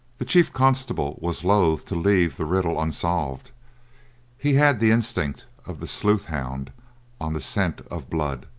the chief constable was loath to leave the riddle unsolved he had the instinct of the sleuth-hound on the scent of blood.